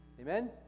Amen